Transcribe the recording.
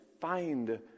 find